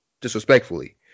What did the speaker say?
disrespectfully